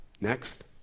Next